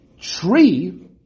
tree